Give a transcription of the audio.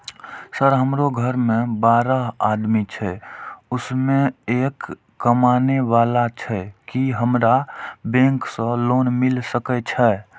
Sir हमरो घर में बारह आदमी छे उसमें एक कमाने वाला छे की हमरा बैंक से लोन मिल सके छे?